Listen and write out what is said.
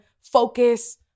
focus